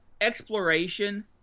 exploration